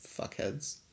Fuckheads